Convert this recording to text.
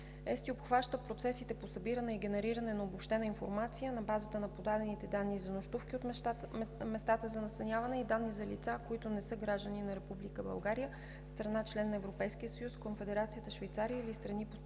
ЕСТИ обхваща процесите по събиране и генериране на обобщена информация на базата на подадените данни за нощувки от местата за настаняване и данни за лица, които не са граждани на Република България, страна – член на Европейския съюз, Конфедерация Швейцария или страни по